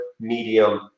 medium